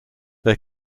they